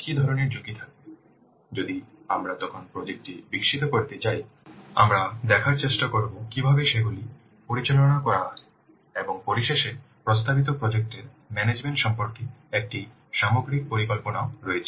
কি ধরনের ঝুঁকি থাকবে যদি আমরা তখন প্রজেক্ট টি বিকশিত করতে যাই আমরা দেখার চেষ্টা করব কীভাবে সেগুলি পরিচালনা করা যায় এবং পরিশেষে প্রস্তাবিত প্রজেক্ট এর ম্যানেজমেন্ট সম্পর্কিত একটি সামগ্রিক পরিকল্পনাও রয়েছে